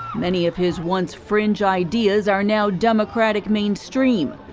many of his once french ideas are now democrat mainstream,